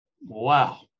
Wow